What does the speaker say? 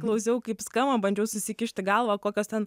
klausiau kaip skamba bandžiau susikišt į galvą kokios ten